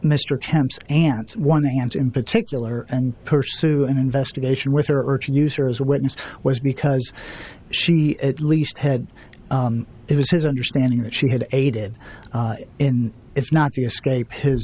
mr thames aunt one aunt in particular and pursue an investigation with her or to use her as a witness was because she at least had it was his understanding that she had aided in it's not escaped his